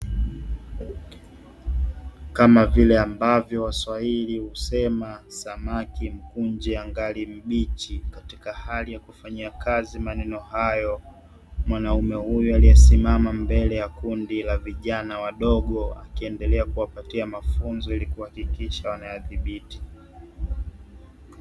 Kama vile ambavyo waswahili husema "samaki mkunje angali mbichi"Katika hali ya kufanyia kazi maneno hayo, mwanaume huyu amesimama mbele ya kundi la vijana wadogo akiendelea kuwapa mafunzo ili kuhakikisha wanayadhibiti.